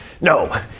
No